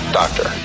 doctor